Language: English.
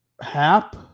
Hap